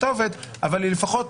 אבל היא לפחות,